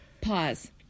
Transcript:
Pause